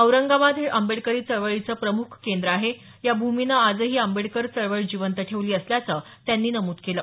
औरंगाबाद हे आंबेडकरी चळवळीचं प्रमुख केंद्र आहे या भूमीनं आजही आंबेडकर चळवळ जिवंत ठेवली असल्याचं त्यांनी नमूद केलं